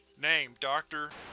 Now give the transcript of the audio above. name dr.